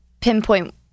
pinpoint